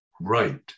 right